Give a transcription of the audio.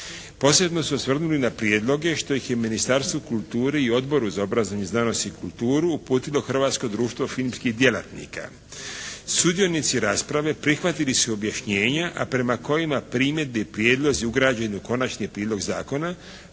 Posebno se osvrnuli na prijedloge što ih je Ministarstvu kulture i Odboru za obrazovanje, znanost i kulturu uputilo Hrvatsko društvo filmskih djelatnika. Sudionici rasprave prihvatili su objašnjenja, a prema kojima primjedbe i prijedlozi ugrađeni u konačni prijedlog zakona